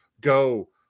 go